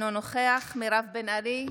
אינו נוכח מירב בן ארי,